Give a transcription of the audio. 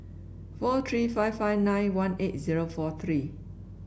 four three five five nine one eight zero four three